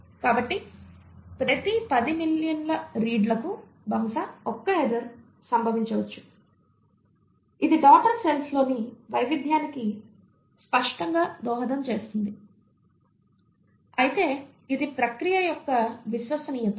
కాబట్టి ప్రతి 10 మిలియన్ల రీడ్లకు బహుశా 1 ఎర్రర్ సంభవించవచ్చు ఇది డాటర్ సెల్ లోని వైవిధ్యానికి స్పష్టంగా దోహదం చేస్తుంది అయితే ఇది ప్రక్రియ యొక్క విశ్వసనీయత